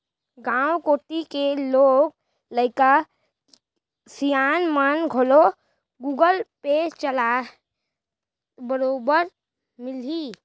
गॉंव कोती के लोग लइका सियान मन घलौ गुगल पे चलात बरोबर मिलहीं